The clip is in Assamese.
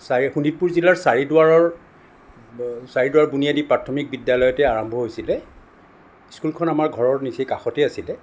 চাৰি শোণিতপুৰ জিলাৰ চাৰিদুৱাৰৰ চাৰিদুৱাৰ বুনিয়াদী প্ৰাথমিক বিদ্য়ালয়তে আৰম্ভ হৈছিল স্কুলখন আমাৰ ঘৰৰ নিচেই কাষতেই আছিল